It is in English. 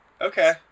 Okay